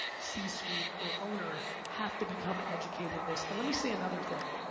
c suite or owner have to become educated in this. and let me say another thing,